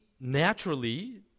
naturally